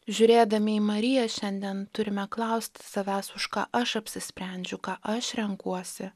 žiūrėdami į mariją šiandien turime klaust savęs už ką aš apsisprendžiau ką aš renkuosi